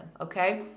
Okay